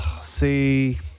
See